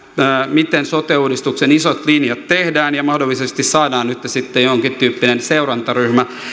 miten sote uudistuksen isot linjat tehdään ja mahdollisesti saadaan nyt sitten jonkin tyyppinen seurantaryhmä